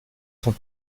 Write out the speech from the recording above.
sont